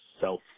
self